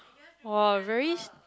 !wow! very